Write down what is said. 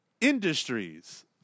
industries